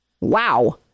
Wow